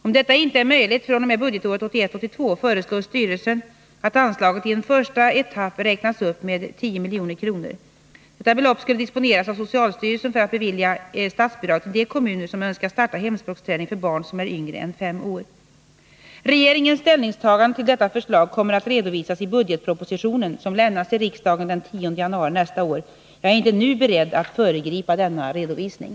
Om detta inte är möjligt fr.o.m. budgetåret 1981/82, föreslår styrelsen att anslaget i en första etapp räknas upp med 10 milj.kr. Detta belopp skulle disponeras av socialstyrelsen för att bevilja statsbidrag till de kommuner som önskar starta hemspråksträning för barn som är yngre än fem år. Regeringens ställningstagande till detta förslag kommer att redovisas i budgetpropositionen, som lämnas till riksdagen den 10 januari nästa år. Jag är inte nu beredd att föregripa denna redovisning.